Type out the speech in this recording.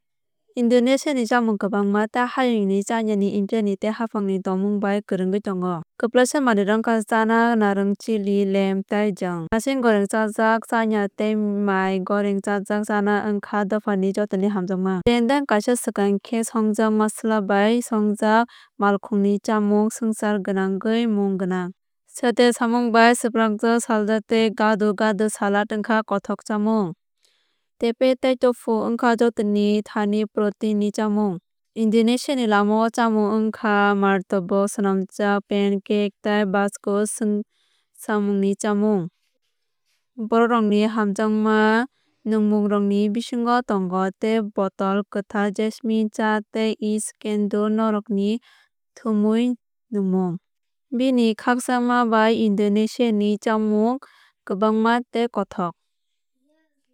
Indonesia ni chamung kwbangma tei hayungni chinani indiani tei haphangni tongmung bai kwrwngwi tongo. Kwplaisa manwirok wngkha chana narwg chili lem tei jwng. Nasi goreng chajak chana tei mia goreng chajak chana wngkha dophani jotoni hamjakma. Rendang kaisa swkang khe songjak masala bai sungjak malkhungni chamung swngchar gwnangwi mung gwnang. Satay samung bai swprakjak sajla tei gado gado salad wngkha khothok chamung. Tempeh tei Tofu wngkha jotoni thani protein ni chamung. Indonesia ni lamao chamung wngkha martabak swnamjak pancake tei bakso samungni chamung. Borokrokni hamjakma nungmungrokni bisingo tongo teh botol kwthar jasmin cha tei es cendol narwkni thumwi nungmung. Bini khakchangma bai Indonesiani chamung kwbangma tei kothok.